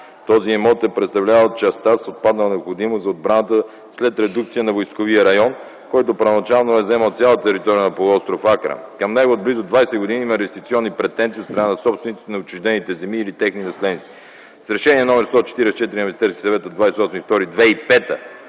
Този имот е представлявал частта с отпаднала необходимост за отбраната след редукция на войсковия район, който първоначално е заемал цялата територия на полуостров „Акра”. Към него близо 20 години има реституционни претенции от страна на собствениците на отчуждените земи или техни наследници. С Решение № 144 на Министерския съвет от 28.02.2005